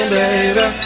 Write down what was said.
baby